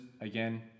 again